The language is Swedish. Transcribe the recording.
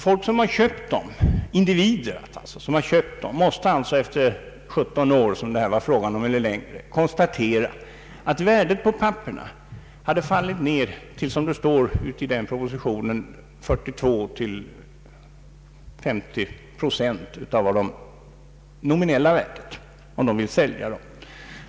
Personer som har köpt dem måste alltså efter 17 år, som det här var fråga om, konstatera att värdet av papperen, om man vill sälja dem, hade fallit till, som det står i propositionen, 42—50 procent av det nominella värdet.